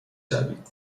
شوید